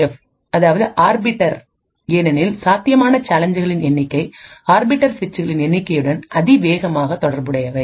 F அதாவது arbiter ஏனெனில் சாத்தியமான சேலஞ்சுகளின் எண்ணிக்கை ஆர்பிட்டர் சுவிட்சுகளின் எண்ணிக்கையுடன் அதிவேகமாக தொடர்புடையவை